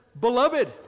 Beloved